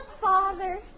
Father